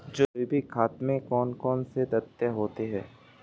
जैविक खाद में कौन कौन से तत्व होते हैं?